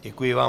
Děkuji vám.